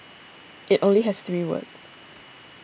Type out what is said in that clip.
it only has three words